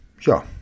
ja